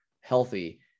healthy